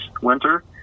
winter